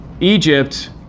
Egypt